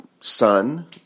son